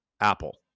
apple